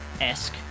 esque